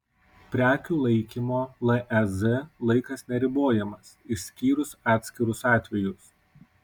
prekių laikymo lez laikas neribojamas išskyrus atskirus atvejus